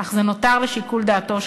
אך זה נותר לשיקול דעתו.